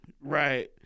Right